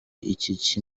iki